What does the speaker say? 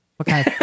Okay